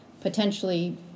potentially